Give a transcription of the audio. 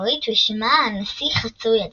מסתורית ששמה "הנסיך חצוי הדם".